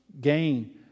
gain